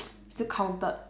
still counted